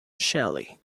shelly